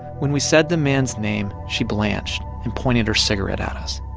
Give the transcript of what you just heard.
when we said the man's name, she blanched and pointed her cigarette at us.